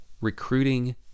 recruiting